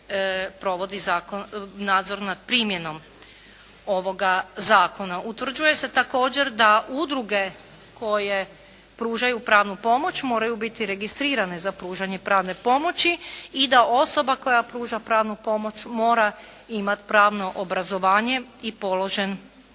provodi nadzor nad primjenom ovoga Zakona. Utvrđuje se također da udruge koje pružaju pravnu pomoć moraju biti registrirane za pružanje pravne pomoći i da osoba koja pruža pravnu pomoć mora imati pravno obrazovanje i položen